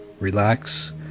relax